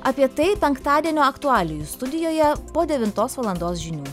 apie tai penktadienio aktualijų studijoje po devintos valandos žinių